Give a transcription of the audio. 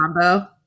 combo